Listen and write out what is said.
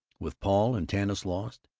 with paul and tanis lost,